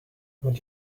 would